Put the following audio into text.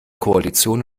koalition